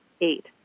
Eight